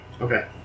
Okay